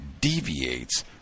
deviates